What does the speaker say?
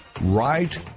Right